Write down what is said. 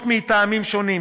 מטעמים שונים,